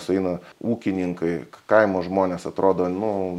sueina ūkininkai kaimo žmonės atrodo nu